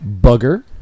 bugger